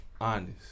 honest